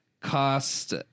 cost